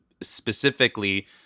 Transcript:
specifically